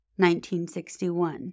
1961